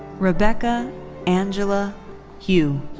rebecca angela hu.